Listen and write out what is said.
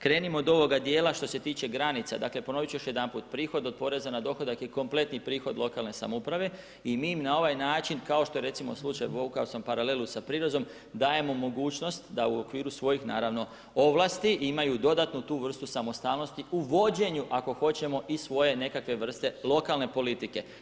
Krenimo od ovoga dijela što se tiče granica, ponoviti ću još jedanput, prihod od poreza na dohotka je kompletni prihod lokalne samouprave i mi na ovaj način, kao što je recimo slučaj, povukao sam paralelu sa prirezom, dajemo mogućnost da u okviru naravno ovlasti imaju dodatnu tu vrstu samostalnosti uvođenju ako hoćemo i svoje nekakve vrste lokalne politike.